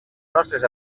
nostres